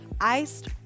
iced